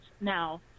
now